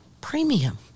premium